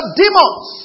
demons